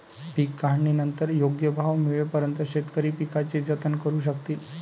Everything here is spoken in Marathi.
पीक काढणीनंतर योग्य भाव मिळेपर्यंत शेतकरी पिकाचे जतन करू शकतील